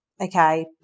Okay